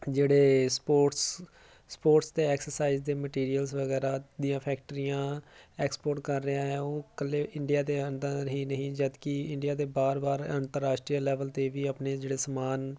ਜਿਹੜੇ sports sports ਅਤੇ exercise ਅਤੇ ਮਟੀਰੀਅਲ ਵਗੈਰਾ ਦੀਆਂ ਫੈਕਟਰੀਆਂ ਐਕਸਪੋਰਟ ਕਰ ਰਿਹਾ ਹੈ ਉਹ ਇਕੱਲੇ ਇੰਡੀਆ ਤੋਂ ਆਉਂਦਾ ਨਹੀਂ ਨਹੀਂ ਜਦੋਂ ਕਿ ਇੰਡੀਆ ਦੇ ਬਾਰ ਬਾਰ ਅੰਤਰਰਾਸ਼ਟਰੀ ਲੈਵਲ 'ਤੇ ਵੀ ਆਪਣੇ ਜਿਹੜੇ ਸਮਾਨ